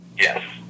Yes